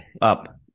Up